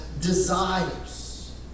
desires